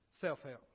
Self-help